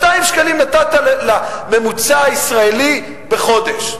200 שקלים נתת, בממוצע, לישראלי בחודש.